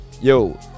Yo